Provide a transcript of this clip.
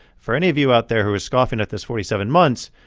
for any of you out there who is scoffing at this forty seven months,